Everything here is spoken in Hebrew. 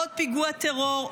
עוד פיגוע טרור,